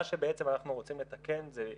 מה שבעצם אנחנו רוצים לתקן, אחד,